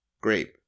Grape